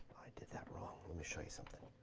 did that wrong, let me show you something.